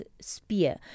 spear